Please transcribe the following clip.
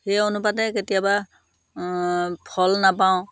সেই অনুপাতে কেতিয়াবা ফল নাপাওঁ